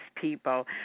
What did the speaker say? people